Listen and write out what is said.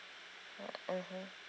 uh mmhmm